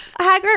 Hagrid